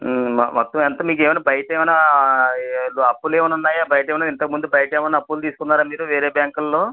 మొత్తం ఎంత మీకేమైనా బయట ఏమైనా అప్పులు ఏమైనా ఉన్నాయా బయట ఏమైనా ఇంతకముందు బయట ఏమైనా అప్పులు తీసుకున్నారా మీరు వేరే బ్యాంకుల్లో